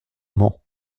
mans